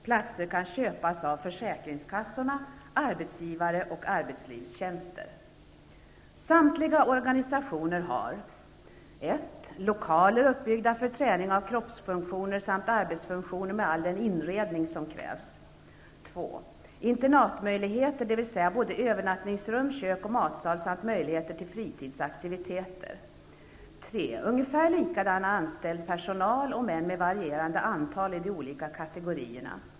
Platser kan köpas av försäkringskassorna, arbetsgivare och arbetslivstjänster. 1. Lokaler uppbyggda för träning av kroppsfunktioner samt arbetsfunktioner med all den inredning som krävs. 2. Internatmöjligheter, dvs. både övernattningsrum, kök och matsal samt möjligheter till fritidsaktiviteter. 3. Ungefär likadan anställd personal, om än med varierande antal i de olika kategorierna.